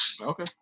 Okay